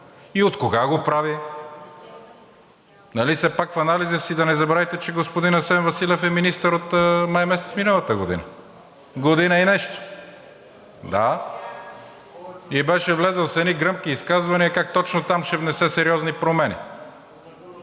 и откога го прави? Все пак в анализите си да не забравите, че господин Асен Василев е министър от май месец миналата година – година и нещо. Да, и беше влязъл с едни гръмки изказвания как точно там ще внесе сериозни промени.